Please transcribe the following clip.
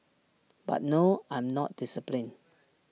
but no I'm not disciplined